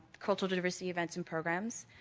cultural diversity events and programs,